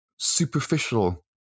superficial